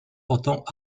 portant